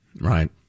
Right